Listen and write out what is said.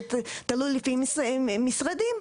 זה תלוי לפי משרדים,